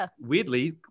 Weirdly